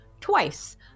twice